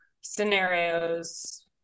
scenarios